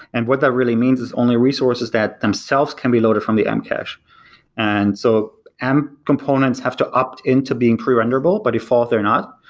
and what that really means is only resources that themselves can be loaded from the um mcache. and so components have to opt in to being pre-renderable, by default they're not.